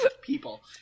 people